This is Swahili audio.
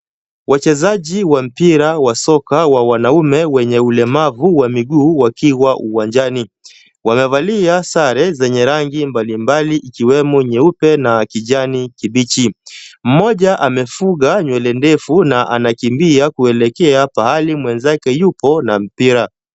Wachezaji wa mpira wa soka wa wanaume wenye ulemavu wa miguu wakiwa uwanjani. Wamevalia sare zenye rangi mbalimbali ikiwemo nyeupe na kijani kibichi. Mmoja amefuga nywele ndefu na anakimbia kuelekea pahali mwenzake yupo na mpira.